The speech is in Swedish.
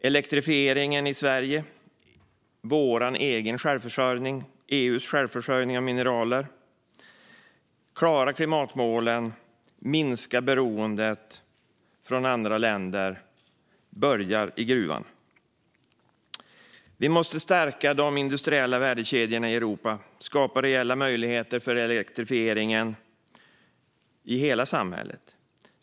Elektrifieringen i Sverige, vår egen och EU:s självförsörjning med mineral och arbetet med att klara klimatmålen och minska beroendet av andra länder börjar i gruvan. Vi måste stärka de industriella värdekedjorna i Europa och skapa reella möjligheter för elektrifieringen i hela samhället.